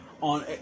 on